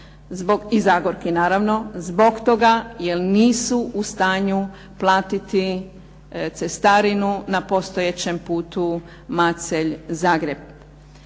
i Zagorki naravno, zbog toga jer nisu u stanju platiti cestarinu na postojećem putu Macelj – Zagreb.